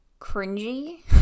cringy